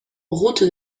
route